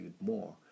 more